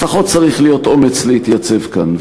לפחות צריך להיות אומץ להתייצב כאן,